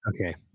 Okay